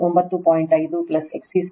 5 XC2 61000